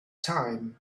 time